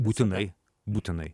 būtinai būtinai